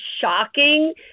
shocking